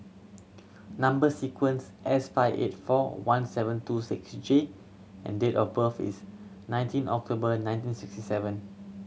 number sequence S five eight four one seven two six J and date of birth is nineteen October nineteen sixty seven